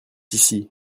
ici